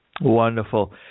Wonderful